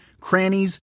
crannies